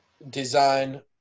design